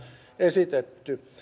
esitetty